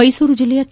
ಮೈಸೂರು ಜಿಲ್ಲೆಯ ಕೆ